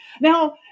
now